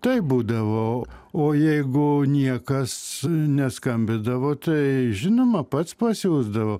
taip būdavo o jeigu niekas neskambindavo tai žinoma pats pasiųsdavo